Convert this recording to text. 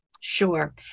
sure